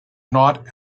not